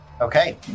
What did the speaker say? Okay